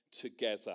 together